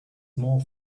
more